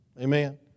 Amen